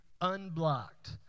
unblocked